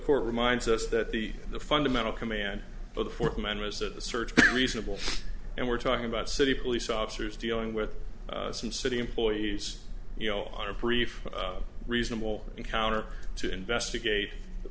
court reminds us that the the fundamental command of the fourth amendment is that the search be reasonable and we're talking about city police officers dealing with some city employees you know on a brief reasonable encounter to investigate the